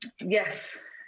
yes